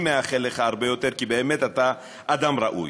אני מאחל לך הרבה יותר כי באמת אתה אדם ראוי.